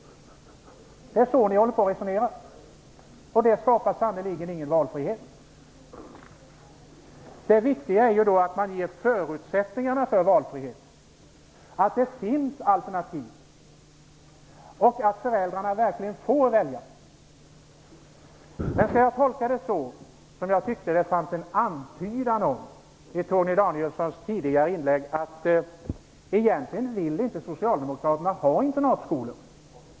Det är så ni resonerar, och det skapar sannerligen ingen valfrihet. Det viktiga är ju att man ger förutsättningarna för valfriheten, att det finns alternativ och att föräldrarna verkligen får välja. Men skall jag tolka det så, som jag tyckte att det fanns en antydan om i Torgny Danielssons tidigare inlägg, att Socialdemokraterna egentligen inte vill ha internatskolor?